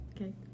Okay